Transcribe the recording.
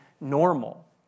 normal